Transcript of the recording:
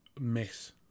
miss